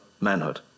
manhood